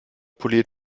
poliert